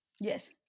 Yes